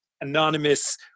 anonymous